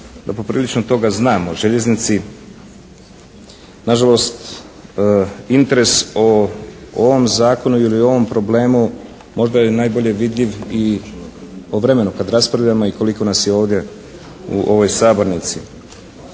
da poprilično toga znam o željeznici. Nažalost, interes o ovom zakonu ili o ovom problemu možda je najbolje vidljiv i o vremenu kad raspravljamo i koliko nas je ovdje u ovoj sabornici.